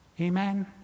Amen